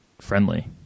friendly